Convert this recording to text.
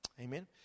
Amen